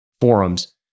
forums